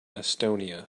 estonia